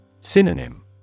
Synonym